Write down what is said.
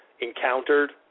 encountered